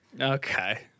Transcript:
okay